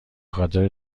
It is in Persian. خاطر